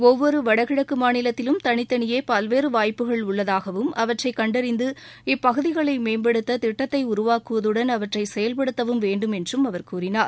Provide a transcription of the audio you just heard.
ஒவ்வொரு வடகிழக்கு மாநிலத்திலும் தனித்தனியே பல்வேறு வாய்ப்புகள் உள்ளதாகவும் அவற்றை கண்டறிந்து இப்பகுதிகளை மேம்படுத்த திட்டத்தை உருவாக்குவதுடன் அவற்றை செயல்படுத்தவும் வேண்டும் என்றும் அவர் கூறினார்